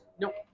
Nope